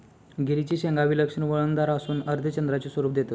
गिरीची शिंगा विलक्षण वळणदार असून अर्धचंद्राचे स्वरूप देतत